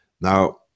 now